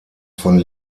von